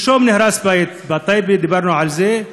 שלשום נהרס בית בטייבה, דיברנו על זה.